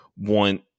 want